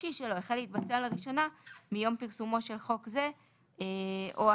החודשי שלו החל להתבצע לראשונה מיום פרסומו של חוק זה או לאחריו.